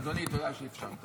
אדוני, תודה שאפשרת לי.